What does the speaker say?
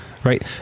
Right